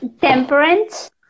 Temperance